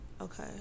Okay